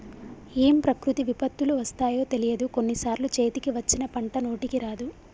ఏం ప్రకృతి విపత్తులు వస్తాయో తెలియదు, కొన్ని సార్లు చేతికి వచ్చిన పంట నోటికి రాదు